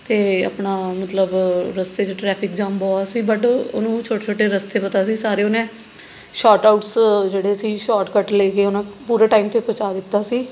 ਅਤੇ ਆਪਣਾ ਮਤਲਬ ਰਸਤੇ 'ਚ ਟ੍ਰੈਫ਼ਿਕ ਜਾਮ ਬਹੁਤ ਸੀ ਬਟ ਉਹ ਨੂੰ ਛੋਟੇ ਛੋਟੇ ਰਸਤੇ ਪਤਾ ਸੀ ਸਾਰੇ ਉਹਨੇ ਸ਼ੌਟਆਊਟਸ ਜਿਹੜੇ ਸੀ ਸ਼ਾਟਕੱਟ ਲੈ ਕੇ ਉਹਨੇ ਪੂਰੇ ਟਾਈਮ 'ਤੇ ਪਹੁੰਚਾ ਦਿੱਤਾ ਸੀ